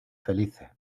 felices